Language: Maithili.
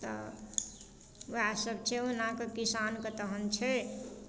तऽ वएह सब छै ओहीनाकऽ किसानके तहन छै